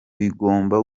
bigomba